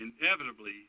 inevitably